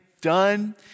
done